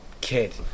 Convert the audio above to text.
kid